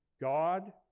God